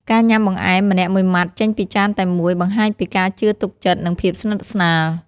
ការញ៉ាំបង្អែមម្នាក់មួយមាត់ចេញពីចានតែមួយ បង្ហាញពីការជឿទុកចិត្ត និងភាពស្និទ្ធស្នាល។